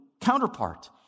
counterpart